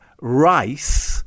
Rice